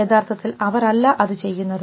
യഥാർത്ഥത്തിൽ അവർ അല്ല അത് ചെയ്യുന്നത്